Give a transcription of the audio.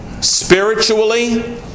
spiritually